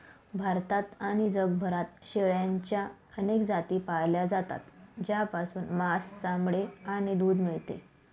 भारतात आणि जगभरात शेळ्यांच्या अनेक जाती पाळल्या जातात, ज्यापासून मांस, चामडे आणि दूध मिळते